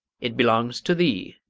it belongs to thee,